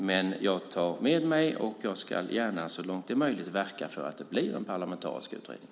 Men jag tar med mig det här och ska gärna, så långt det är möjligt, verka för att det blir en parlamentarisk utredning.